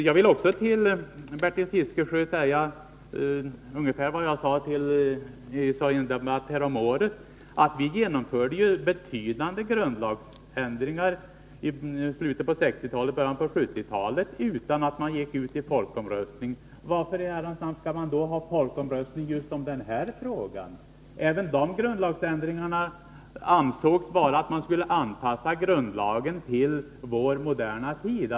Jag vill också till Bertil Fiskesjö säga vad jag sade i en debatt häromåret, att vi ju genomförde betydande grundlagsändringar i slutet på 1960-talet och början på 1970-talet utan att ha genomfört någon folkomröstning. Varför skulle vi då ha folkomröstning just i den här frågan? De vidtagna grundlagsändringarna kom till stånd därför att man ansåg att grundlagen var föråldrad och borde anpassas till vår moderna tid.